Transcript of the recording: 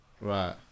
Right